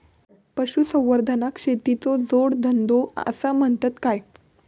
पशुसंवर्धनाक शेतीचो जोडधंदो आसा म्हणतत काय?